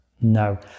no